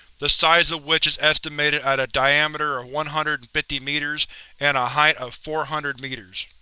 the size of which is estimated at a diameter of one hundred and fifty meters and a height of four hundred meters.